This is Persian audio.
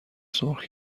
سرخ